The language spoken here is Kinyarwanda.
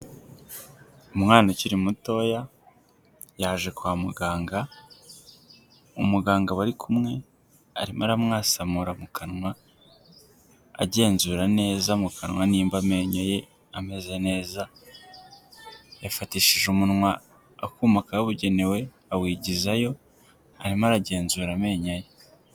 Umwana ukiri mutoya yaje kwa muganga, umuganga bari kumwe arimo aramwasamura mu kanwa, agenzura neza mu kanwa nimba amenyo ye ameze neza, yafatishije umunwa akuma kabugenewe awigizayo, arimo aragenzura amenyo ye.